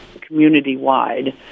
community-wide